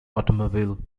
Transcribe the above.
automobile